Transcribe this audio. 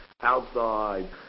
outside